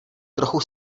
trochu